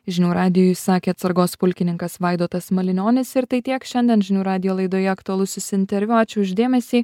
žinių radijui sakė atsargos pulkininkas vaidotas malinionis ir tai tiek šiandien žinių radijo laidoje aktualusis interviu ačiū už dėmesį